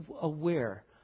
aware